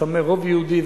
לשמר רוב יהודי,